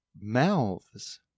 mouths